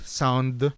sound